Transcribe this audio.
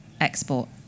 export